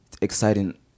exciting